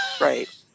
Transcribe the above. Right